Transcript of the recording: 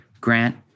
grant